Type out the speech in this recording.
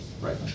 right